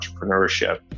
entrepreneurship